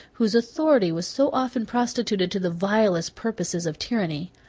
whose authority was so often prostituted to the vilest purposes of tyranny.